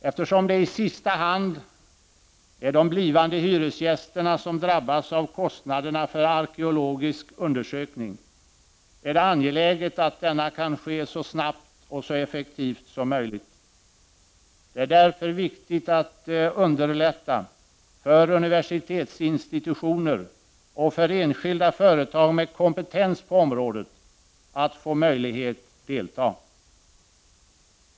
Eftersom det i sista hand är de blivande hyresgästerna som drabbas av kostnaderna för arkeologisk undersökning är det angeläget att denna kan ske så snabbt och så effektivt som möjligt. Det är därför viktigt att underlätta för universitetsinstitutioner och för enskilda företag med kompetens på området att få möjlighet att delta.